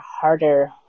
harder